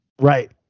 Right